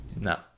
No